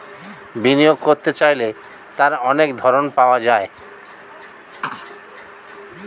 বিনিয়োগ করতে চাইলে তার অনেক ধরন পাওয়া যায়